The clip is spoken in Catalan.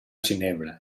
ginebra